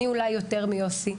אני אולי יותר מיוסי,